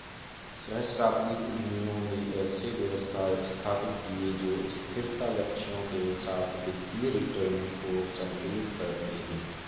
सहस्राब्दी उद्यमियों ने ऐसे व्यवसाय स्थापित किए जो स्थिरता लक्ष्यों के साथ वित्तीय रिटर्न को संतुलित करते हैं